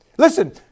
Listen